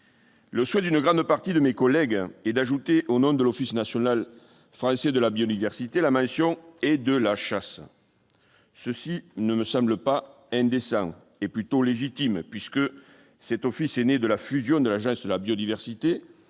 Le souhait d'une grande partie de mes collègues est d'ajouter au nom de l'Office français de la biodiversité la mention « et de la chasse ». Cela ne me semble pas être indécent ; c'est même plutôt légitime, puisque cet office va naître de la fusion de l'Agence française pour la biodiversité